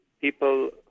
people